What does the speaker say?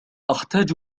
أحتاج